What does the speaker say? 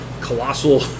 colossal